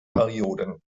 perioden